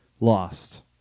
lost